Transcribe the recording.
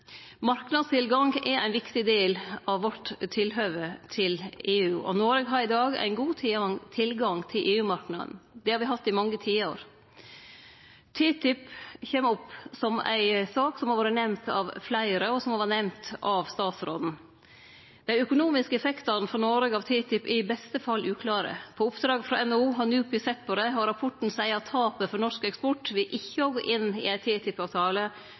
Marknadstilgang er ein viktig del av tilhøvet vårt til EU. Noreg har i dag ein god tilgang til EU-marknaden, og det har vi hatt i mange tiår. TTIP kjem opp som ei sak som har vore nemnd av fleire, og som òg har vore nemnd av statsråden. Dei økonomiske effektane for Noreg av TTIP er i beste fall uklare. På oppdrag frå NHO har NUPI sett på det, og rapporten seier at tapet for norsk eksport ved ikkje å gå inn i